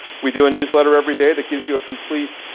we do a newsletter everyday that gives you a complete,